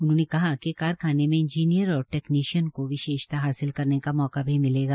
उन्होंने कहा कि कारखाने में इंजीनियर और टैकनीशियन को विशेषता हासिल करने का मौका भी मिलेगा